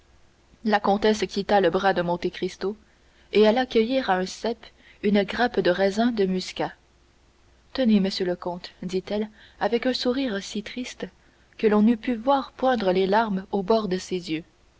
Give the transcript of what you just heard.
la comtesse quitta le bras de monte cristo et alla cueillir à un cep une grappe de raisin muscat tenez monsieur le comte dit-elle avec un sourire si triste que l'on eût pu voir poindre les larmes au bord de ses yeux